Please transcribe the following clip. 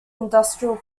industrial